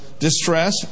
Distress